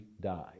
died